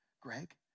Greg